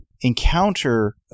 encounter